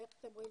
ואיך אתם רואים,